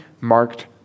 marked